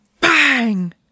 bang